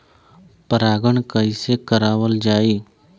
परागण कइसे करावल जाई?